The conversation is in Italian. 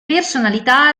personalità